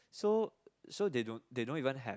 so so they don't they don't even have